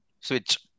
Switch